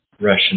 Russian